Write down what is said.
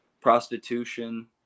prostitution